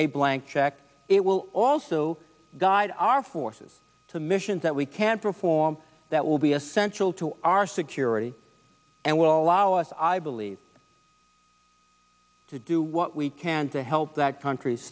a blank check it will also guide our forces to missions that we can't reform that will be essential to our security and will allow us i believe to do what we can to help that country